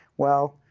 well,